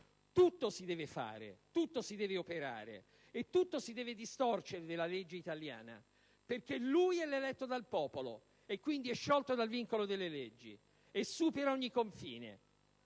Tutto si deve fare, tutto si deve operare e tutto si deve distorcere nella legge italiana perché lui è l'eletto dal popolo e quindi è sciolto dal vincolo delle leggi e supera ogni confine.